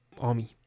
army